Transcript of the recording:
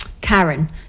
karen